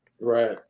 Right